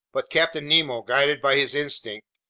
but captain nemo, guided by his instincts,